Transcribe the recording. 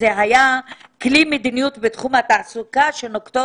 היה כלי מדיניות בתחום התעסוקה שנוקטות